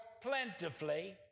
plentifully